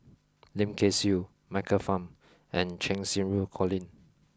Lim Kay Siu Michael Fam and Cheng Xinru Colin